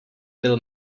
byl